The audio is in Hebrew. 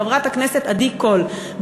חברת הכנסת עדי קול,